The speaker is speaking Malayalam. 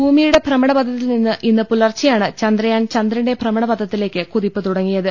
ഭൂമിയുടെ ഭ്രമണപഥത്തിൽ നിന്ന് ഇന്ന് പുലർച്ചെയാണ് ചന്ദ്രയാൻ ചന്ദ്രന്റെ ഭ്രമണപഥത്തിലേക്ക് കുതിപ്പ് തുടങ്ങിയത്